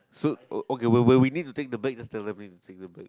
so okay wait wait we need to take a break just let me to take a break